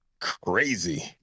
crazy